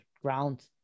ground